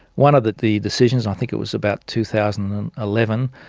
one of the the decisions, i think it was about two thousand and eleven,